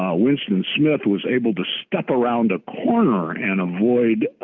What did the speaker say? ah winston smith was able to step around a corner and avoid